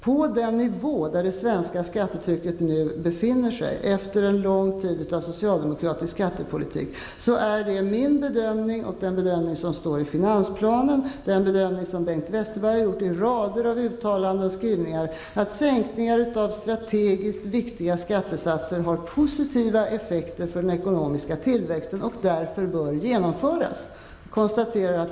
På den nivå där det svenska skattetrycket nu befinner sig, efter en lång tid av socialdemokratisk skattepolitik, är det min bedömning, och den bedömning som står i finansplanen och den bedömning som Bengt Westerberg har gjort i rader av uttalanden och skrivningar, att sänkningar av strategiskt viktiga skattesatser har positiva effekter för den ekonomiska tillväxten och därför bör genomföras.